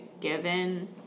given